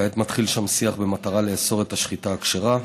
כעת מתחיל שם שיח במטרה לאסור את השחיטה הכשרה,